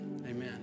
Amen